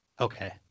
Okay